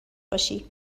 باشی